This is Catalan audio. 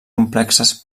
complexes